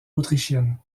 autrichienne